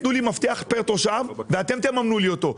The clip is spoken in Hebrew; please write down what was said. תנו לי מפתח פר תושב ואתם תממנו לי אותו.